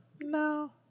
no